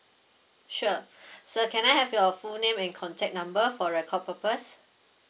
sure sir can I have your full name and contact number for record purpose